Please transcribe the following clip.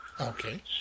Okay